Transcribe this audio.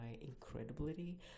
incredibility